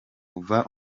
kuva